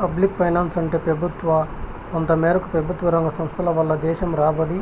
public ఫైనాన్సంటే పెబుత్వ, కొంతమేరకు పెబుత్వరంగ సంస్థల వల్ల దేశం రాబడి,